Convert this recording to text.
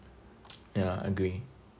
yeah agree